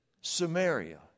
Samaria